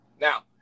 Now